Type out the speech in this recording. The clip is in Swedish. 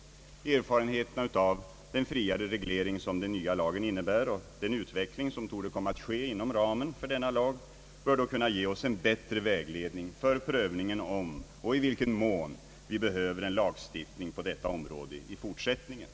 Erfarenheterna av den friare reglering som den nya lagen innebär och den utveckling som torde komma att ske inom ramen för denna lag bör då kunna ge oss en bättre vägledning för prövningen om och i vilken mån vi behöver en lagstiftning på detta område i fortsättningen.